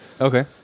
Okay